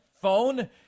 Phone